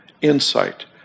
insight